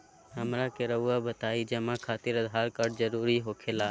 हमरा के रहुआ बताएं जमा खातिर आधार कार्ड जरूरी हो खेला?